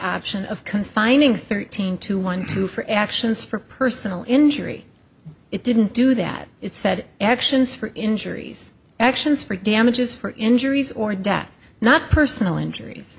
option of confining thirteen to one two for actions for personal injury it didn't do that it said actions for injuries actions for damages for injuries or death not personal injur